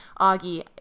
Augie